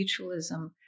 mutualism